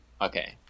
okay